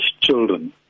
children